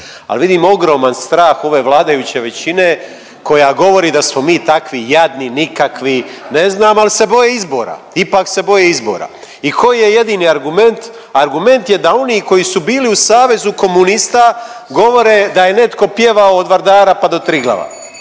Al vidim ogroman strah ove vladajuće većine koja govori da smo mi takvi jadni, nikakvi, ne znam al se boje izbora. Ipak se boje izbora i koji je jedini argument. Argument je da oni koji su bili u savezu komunista govore da je netko pjevao od Vardara pa do Triglava.